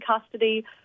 custody